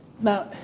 Now